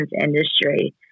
industry